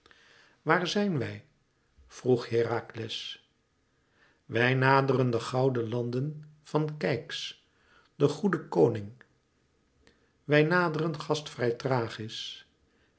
waar zijn wij vroeg herakles wij naderen de gouden landen van keyx den goeden koning wij naderen